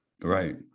Right